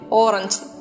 orange